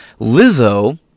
Lizzo